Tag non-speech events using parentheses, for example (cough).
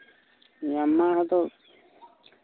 (unintelligible) ᱟᱫᱚ